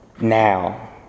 now